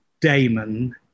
Damon